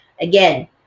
again